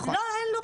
אין לו פתרון.